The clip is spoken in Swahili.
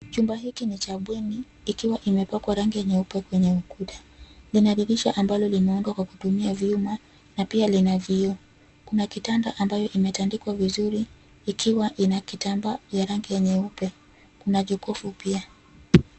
Chumba hiki ni cha bweni ikiwa imepakwa rangi nyeupe kwenye ukuta. Lina dirisha ambalo limeundwa kwa kutumia vyuma na pia lina vioo. Kuna kitanda ambayo imetandikwa vizuri ikiwa ina kitambaa ya rangi ya nyeupe. Kuna jokofu pia.